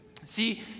See